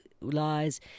lies